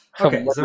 Okay